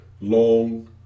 long